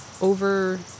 over